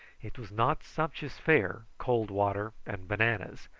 it was not sumptuous fare, cold water and bananas,